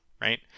right